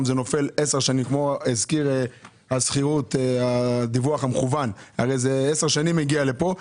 זה נופל כמו הזכיר הדיווח המכוון על איזה עשר שנים הגיע לפה.